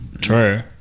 True